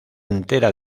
entera